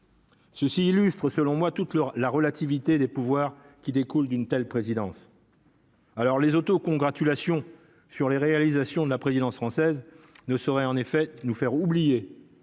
Ceci illustre selon moi toute leur la relativité des pouvoirs qui découle d'une telle présidence. Alors les auto-congratulations sur les réalisations de la présidence française ne saurait en effet nous faire oublier